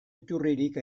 iturririk